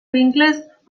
vincles